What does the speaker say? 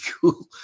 cool